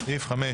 סעיף 5,